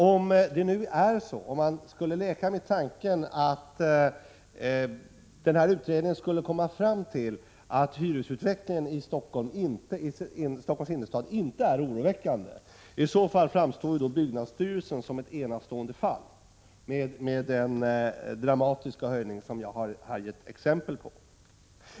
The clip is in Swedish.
Om man skulle leka med tanken att utredningen skulle komma fram till att hyresutvecklingen i Stockholms innerstad inte är oroväckande, framstår byggnadsstyrelsen som ett enastående fall med den dramatiska höjning som jag här har gett exempel på.